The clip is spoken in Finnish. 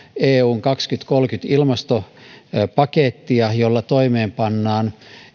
eun kaksituhattakolmekymmentä ilmastopakettia jolla toimeenpannaan